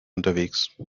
unterwegs